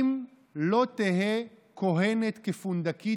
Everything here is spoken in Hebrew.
אתה לא מכיר מה